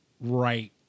right